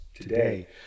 today